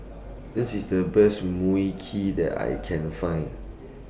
This IS The Best Mui Kee that I Can Find